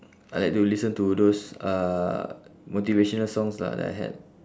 I like to listen to those uh motivational songs lah that I had